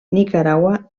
nicaragua